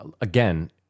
again